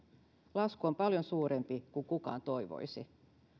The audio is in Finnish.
lasku on paljon suurempi kuin kukaan toivoisi